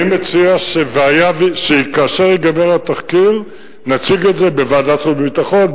אני מציע שכאשר ייגמר התחקיר נציג את זה בוועדת חוץ וביטחון,